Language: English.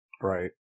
Right